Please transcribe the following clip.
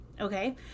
okay